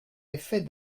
effet